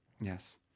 yes